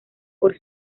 por